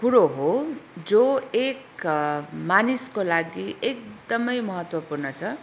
कुरो हो जो एक मानिसको लागि एकदमै महत्त्वपूर्ण छ